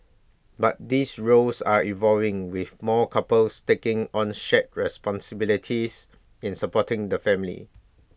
but these roles are evolving with more couples taking on shared responsibilities in supporting the family